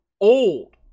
old